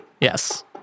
Yes